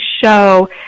show